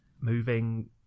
moving